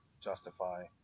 justify